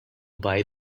buy